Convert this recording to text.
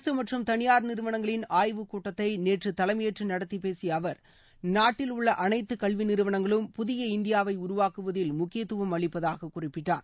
அரசு மற்றும் தனியார் நிறுவனங்களில் ஆய்வு கூட்டத்தை நேற்று தலைமையேற்று நடத்தி பேசிய அமைச்சா் நாட்டில் உள்ள அனைத்து கல்வி நிறுவனங்களும் புதிய இந்தியாவை உருவாக்குவதில் முக்கியத்துவம் அளிப்பதாக குறிப்பிட்டார்